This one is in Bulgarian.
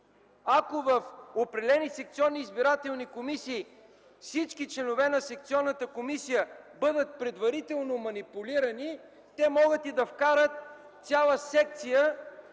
Ако в определени секционни избирателни комисии всички членове на секционната комисия бъдат предварително манипулирани, могат да вкарат цяла секция